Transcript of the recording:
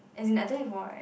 as in I told you before right